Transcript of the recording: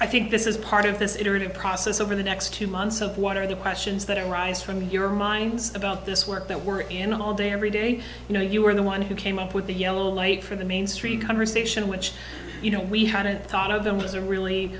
i think this is part of this iterative process over the next two months up what are the questions that arise from your mind about this work that we're in all day every day you know you were the one who came up with the yellow light for the mainstream conversation which you know we hadn't thought of them was a really